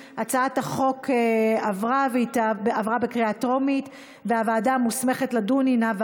ההצעה להעביר את הצעת חוק השידור הציבורי הישראלי (תיקון מס' 8) (תיקון,